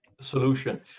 solution